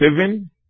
seven